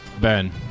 Ben